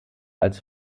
als